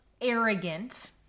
arrogant